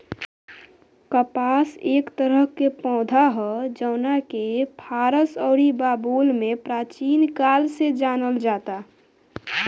कपास एक तरह के पौधा ह जवना के फारस अउरी बाबुल में प्राचीन काल से जानल जाता